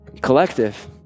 Collective